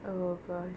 mm hmm